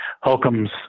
Holcomb's